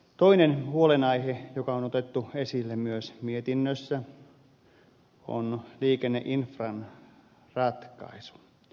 toinen huolenaihe joka on otettu esille myös mietinnössä on liikenneinfran ratkaisu